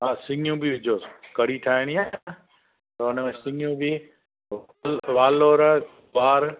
हा सिंगियूं बि विझोसि कड़ा ठाइणी आहे न त हुन में सिंगियूं बि विझो वालोरस गुआर